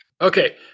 Okay